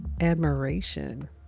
admiration